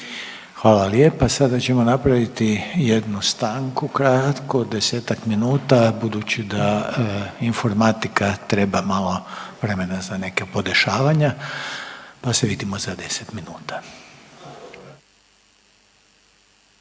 Hvala lijepa. Sada ćemo napraviti jednu stanku kratku od 10-tak minuta budući da informatika treba malo vremena za neka podešavanja, pa se vidimo za 10 minuta.